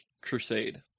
Crusade